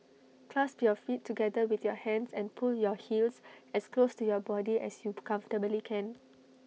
clasp your feet together with your hands and pull your heels as close to your body as you comfortably can